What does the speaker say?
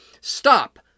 Stop